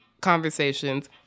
conversations